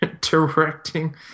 directing